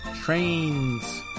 trains